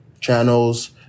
channels